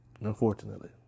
Unfortunately